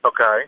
Okay